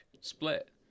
split